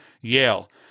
Yale